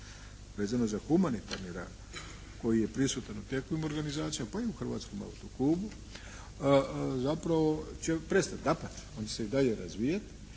vezano za humanitarni rad koji je prisutan u takvim organizacijama, pa i u Hrvatskom autoklubu zapravo će prestati, dapače on će se i dalje razvijati